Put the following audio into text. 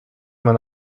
man